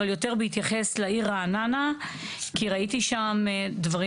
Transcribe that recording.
אבל יותר בהתייחס לעיר רעננה כי ראיתי שם דברים